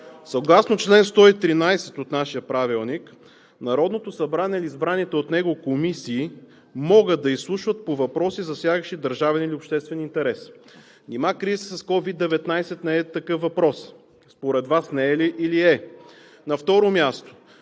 Съгласно чл. 113 от нашия правилник Народното събрание и избраните от него комисии могат да изслушват по въпроси, засягащи държавен или обществен интерес. Нима кризата с COVID-19 не е такъв въпрос?! Според Вас не е ли, или е? Правилникът